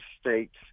states